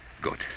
Good